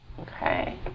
Okay